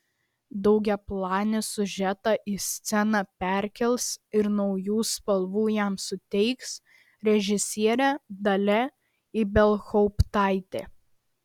daugiaplanį siužetą į sceną perkels ir naujų spalvų jam suteiks režisierė dalia ibelhauptaitė